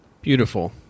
Beautiful